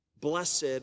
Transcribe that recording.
Blessed